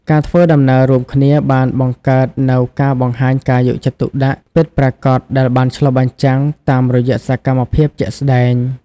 ការធ្វើដំណើររួមគ្នាបានបង្កើតនូវការបង្ហាញការយកចិត្តទុកដាក់ពិតប្រាកដដែលបានឆ្លុះបញ្ចាំងតាមរយៈសកម្មភាពជាក់ស្តែង។